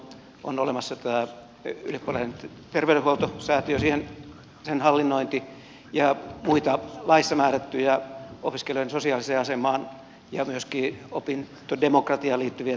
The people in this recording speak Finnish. on olemassa tämä ylioppilaiden terveydenhuoltosäätiö sen hallinnointi ja muita laissa määrättyjä opiskelijoiden sosiaaliseen asemaan ja myöskin opintodemokratiaan liittyviä tehtäviä